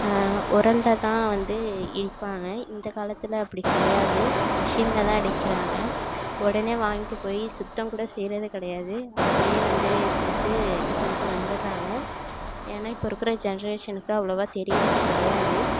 உரல்ல தான் வந்து இடிப்பாங்க இந்த காலத்தில் அப்படி கிடையாது மிஷினில் தான் அடிக்கிறாங்க உடனே வாங்கிட்டு போய் சுத்தம் கூட செய்கிறதே கிடையாது அப்படியே வந்து கொடுத்து இது பண்ணிவிட்டு வந்துடுறாங்க ஏன்னா இப்போ இருக்கிற ஜென்ரேஷனுக்கு அவ்வளோவா தெரியுறது கிடையாது